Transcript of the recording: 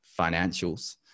financials